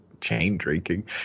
chain-drinking